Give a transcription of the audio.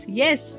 yes